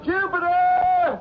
Jupiter